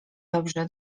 dobrzy